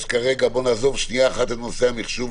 כרגע בוא נעזוב שנייה את נושא המחשוב,